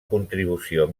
contribució